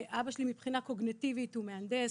אבא שלי מבחינה קוגניטיבית הוא מהנדס,